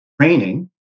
training